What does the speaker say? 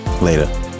Later